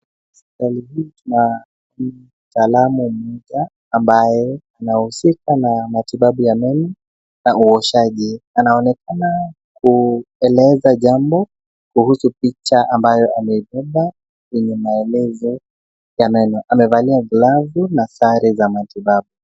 Hospitalini hii tuna mtaalam mmoja ambaye anahusika na matibabu ya meno na uoshaji. Anaonekana kueleza jambo kuhusu picha ambayo amebeba yenye maelezo amevalia glavu n na sare za matibabu.